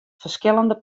ferskillende